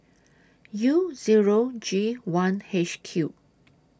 U Zero G one H Q